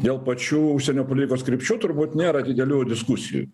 dėl pačių užsienio politikos krypčių turbūt nėra didelių diskusijų